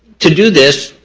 to do this,